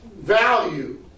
Value